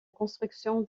construction